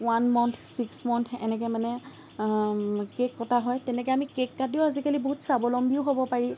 one month six month এনেকে মানে cake কটা হয় তেনেকে আমি কেক কাটিও আজিকালি বহুত স্বাৱলম্বীও হ'ব পাৰি